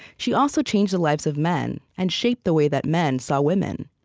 she also changed the lives of men and shaped the way that men saw women.